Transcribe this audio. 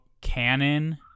canon